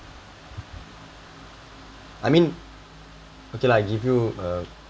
I mean okay lah give you a